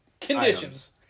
Conditions